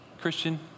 Christian